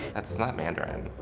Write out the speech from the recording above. that's not mandarin.